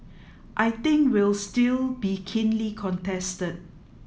I think will still be keenly contested